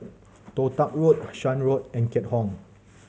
Toh Tuck Road Shan Road and Keat Hong